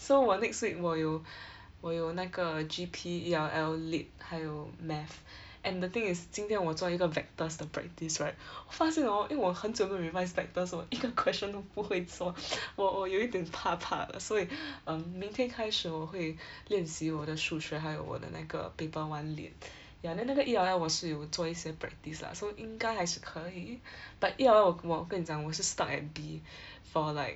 so 我 next week 我有 我有那个 G_P E_L_L lit 还有 math and the thing is 今天我做一个 vectors 的 practice right 发现 hor 因为我很久没有 revise vectors 我一个 question 都不会做 我我有一点怕怕 err 所以 um 明天开始我会 练习我的数学还有我的那个 paper one lit ya then 那个 E_L_L 我是有做一些 practice lah so 应该还是可以 but E_L_L 我 ge~ 我跟你讲我是 stuck at B for like